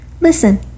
Listen